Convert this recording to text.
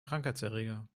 krankheitserreger